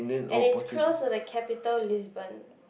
and it's close to the capital Lisbon